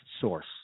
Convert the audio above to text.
source